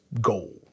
goal